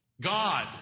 God